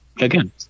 again